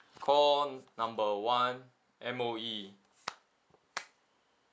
call number one M_O_E